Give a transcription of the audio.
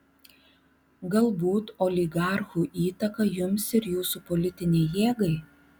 galbūt oligarchų įtaką jums ir jūsų politinei jėgai